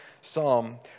psalm